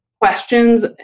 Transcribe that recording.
questions